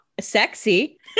sexy